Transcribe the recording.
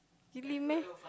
really meh